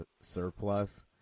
surplus